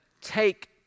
take